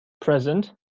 present